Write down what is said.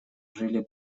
жили